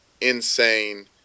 insane